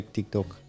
TikTok